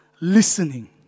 listening